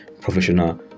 professional